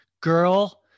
Girl